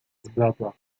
zbladła